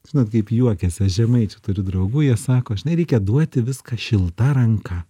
žinot kaip juokiasi aš žemaičių turi draugų jie sako žinai reikia duoti viską šilta ranka